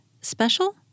special